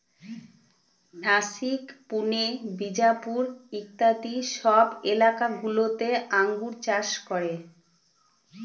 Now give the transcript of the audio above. নাসিক, পুনে, বিজাপুর ইত্যাদি সব এলাকা গুলোতে আঙ্গুর চাষ করে